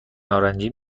نارنجی